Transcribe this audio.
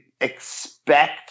expect